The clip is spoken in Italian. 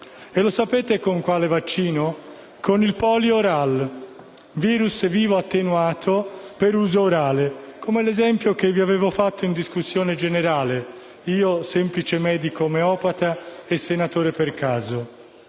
E lo sapete con quale vaccino? Con il Polioral, virus vivo attenuato per uso orale, come l'esempio che vi avevo fatto in discussione generale, io, semplice medico omeopata e senatore per caso.